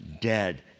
dead